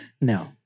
No